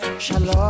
shalom